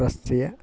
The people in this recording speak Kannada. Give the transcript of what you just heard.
ರಸ್ತೆಯ